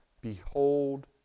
Behold